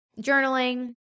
journaling